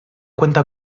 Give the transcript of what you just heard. cuenta